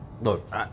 Look